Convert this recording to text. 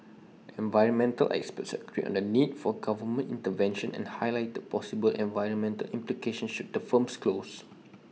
environmental experts agreed on the need for government intervention and highlighted possible environmental implications should the firms close